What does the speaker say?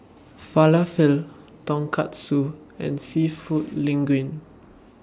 Falafel Tonkatsu and Seafood Linguine